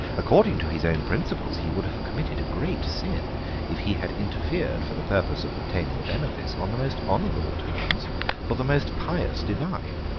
according to his own principles, he would have committed a great sin if he had interfered for the purpose of obtaining a benefice on the most honourable terms for the most pious divine.